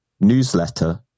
newsletter